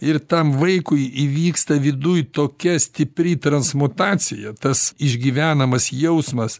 ir tam vaikui įvyksta viduj tokia stipri transmutacija tas išgyvenamas jausmas